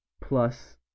plus